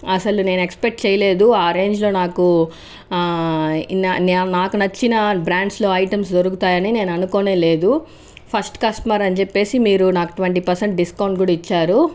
అసలు నేను ఎక్సపెక్ట్ చేయలేదు ఆ రేంజ్ లో నాకు నాకు నచ్చిన బ్రాండ్స్ లో ఐటమ్స్ దొరుకుతాయని నేను అనుకొనేలేదు ఫస్ట్ కస్టమర్ అని చెప్పేసి మీరు నాకు ట్వంటీ పర్సెంట్ డిస్కౌంట్ కూడా ఇచ్చారు